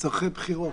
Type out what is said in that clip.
לצורכי בחירות.